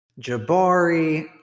Jabari